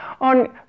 on